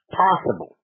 possible